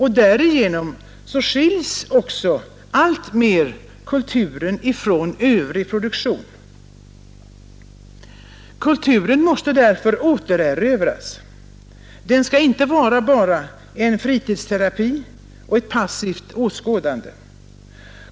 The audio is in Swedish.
Därigenom skiljs också alltmer kulturen från övrig produktion. Kulturen måste därför återerövras. Den skall inte bara vara fritidsterapi och passivt åskådande.